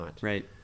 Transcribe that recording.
Right